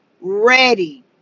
ready